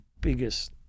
biggest